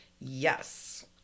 Yes